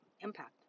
impact